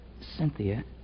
Cynthia